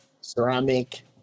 ceramic